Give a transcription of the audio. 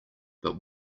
but